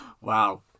Wow